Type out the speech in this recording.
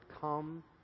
come